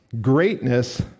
greatness